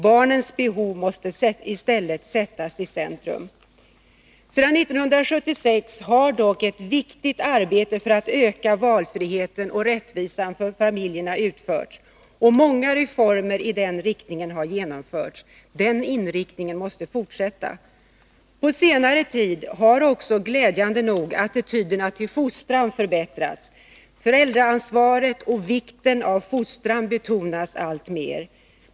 Barnens behov måste i stället sättas i centrum. Sedan 1976 har dock ett viktigt arbete för att öka valfriheten och rättvisan för familjerna utförts, och många reformer i den riktningen har genomförts. Den inriktningen måste fortsätta. På senare tid har också glädjande nog attityderna till fostran förbättrats. Föräldraansvaret och vikten av fostran betonas alltmer.